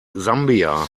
sambia